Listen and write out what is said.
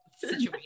situation